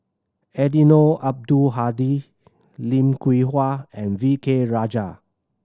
Eddino Abdul Hadi Lim Hwee Hua and V K Rajah